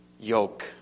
yoke